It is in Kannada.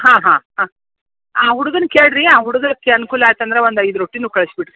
ಹಾಂ ಹಾಂ ಹಾಂ ಆ ಹುಡ್ಗುನ ಕೇಳಿರಿ ಆ ಹುಡ್ಗಗೆ ಅನುಕೂಲ ಆಯ್ತಂದ್ರೆ ಒಂದು ಐದು ರೊಟ್ಟೀನು ಕಳ್ಸಿ ಬಿಡ್ರಿ